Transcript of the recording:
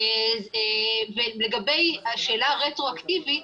לגבי השאלה הרטרואקטיבית,